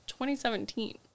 2017